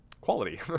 quality